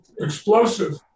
explosive